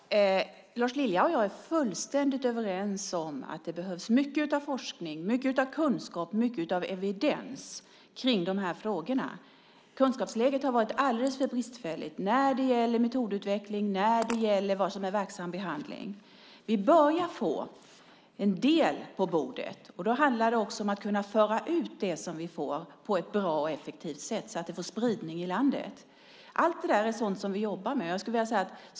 Herr talman! Lars Lilja och jag är fullständigt överens om att det behövs mycket forskning, kunskap och evidens i de här frågorna. Kunskapsläget har varit alldeles för bristfälligt när det gäller metodutveckling och verksam behandling. Vi börjar få en del på bordet. Då handlar det också om att kunna föra ut det som vi får på ett bra och effektivt sätt så att det får spridning i landet. Vi jobbar med allt detta.